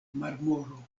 marmoro